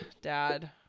Dad